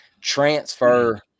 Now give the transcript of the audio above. transfer